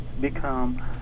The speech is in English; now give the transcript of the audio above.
become